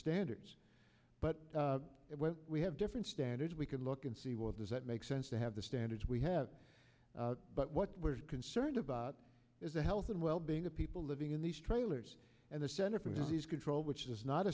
standards but when we have different standards we can look and see what does that make sense to have the standards we have but what we're concerned about is the health and well being of people living in these trailers and the center for disease control which does not